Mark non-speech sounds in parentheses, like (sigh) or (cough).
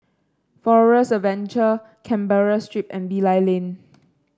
Forest Adventure Canberra Street and Bilal Lane (noise)